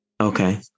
Okay